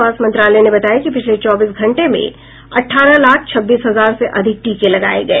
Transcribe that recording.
स्वास्थ्य मंत्रालय ने बताया कि पिछले चौबीस घंटे में अठारह लाख छब्बीस हजार से अधिक टीके लगाए गए